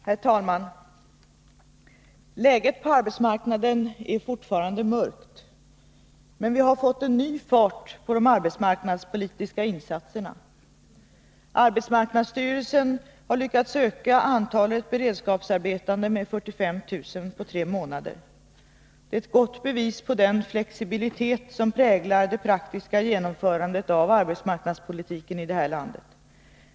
Herr talman! Läget på arbetsmarknaden är fortfarande mörkt, men vi har fått ny fart på de arbetsmarknadspolitiska insatserna. Arbetsmarknadsstyrelsen har på tre månader lyckats öka antalet beredskapsarbetande med 45 000. Det är ett bra bevis på den flexibilitet som präglar det praktiska genomförandet av arbetsmarknadspolitiken i det här landet.